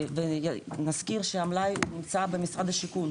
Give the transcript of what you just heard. נזכיר שהמלאי נמצא במשרד השיכון.